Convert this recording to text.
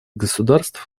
государств